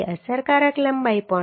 તેથી અસરકારક લંબાઈ 0